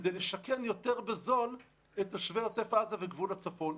כדי לשכן יותר בזול את תושבי עוטף עזה וגבול הצפון.